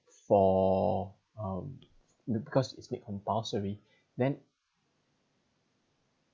for um the because it's made compulsory then